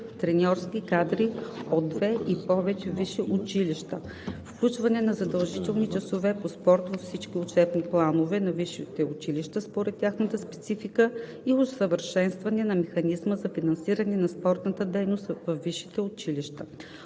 треньорски кадри от две и повече висши училища; - включване на задължителни часове по спорт във всички учебни планове на висшите училища според тяхната специфика и усъвършенстване на механизма за финансиране на спортната дейност във висшите училища;